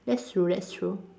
that's true that's true